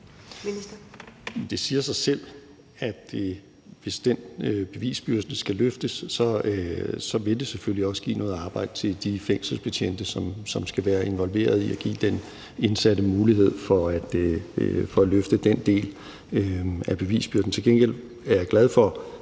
Det siger sig selv, at hvis den bevisbyrde skal løftes, vil det selvfølgelig også give noget arbejde til de fængselsbetjente, som skal være involveret i at give den indsatte mulighed for at løfte den del af bevisbyrden. Til gengæld er jeg glad for